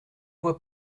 vois